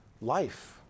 life